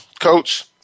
Coach